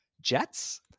Jets